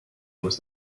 was